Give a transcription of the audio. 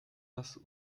das